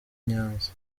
nyanza